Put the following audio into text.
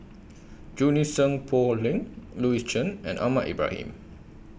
Junie Sng Poh Leng Louis Chen and Ahmad Ibrahim